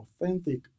authentic